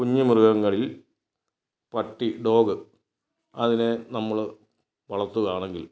കുഞ്ഞ് മൃഗങ്ങളിൽ പട്ടി ഡോഗ് അതിനെ നമ്മൾ വളത്തുകയാണെങ്കിൽ